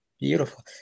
Beautiful